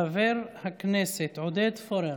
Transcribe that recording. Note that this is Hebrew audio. חבר הכנסת עודד פורר,